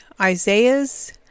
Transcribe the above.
Isaiah's